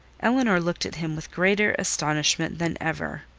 elinor looked at him with greater astonishment than ever.